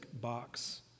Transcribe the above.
box